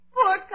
Poor